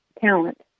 talent